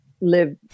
Live